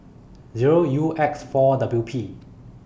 Zero U X four W P